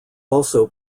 also